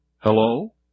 Hello